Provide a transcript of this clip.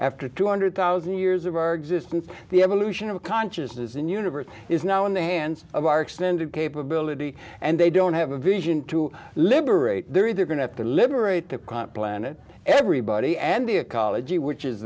after two hundred thousand years of our existence the evolution of consciousness and universe is now in the hands of our extended capability and they don't have a vision to liberate they're either going at the liberate the crop planet everybody and the ecology which is